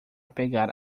pegar